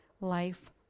life